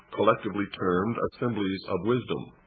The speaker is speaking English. collectively termed assemblies of wisdom.